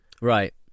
Right